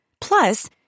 Plus